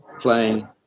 playing